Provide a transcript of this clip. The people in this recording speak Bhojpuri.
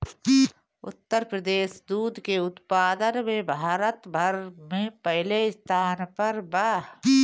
उत्तर प्रदेश दूध के उत्पादन में भारत भर में पहिले स्थान पर बा